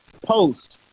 post